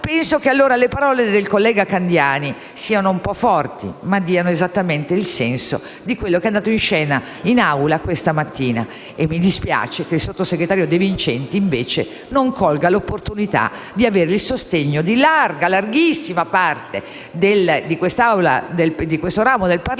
penso, allora, che le parole del collega Candiani siano un po' forti, ma diano esattamente il senso di quanto è andato in scena in Aula questa mattina. Mi dispiace che il sottosegretario De Vincenti non colga l'opportunità di avere il sostegno di larga, larghissima parte di questo ramo del Parlamento